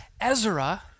Ezra